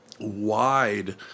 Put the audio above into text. wide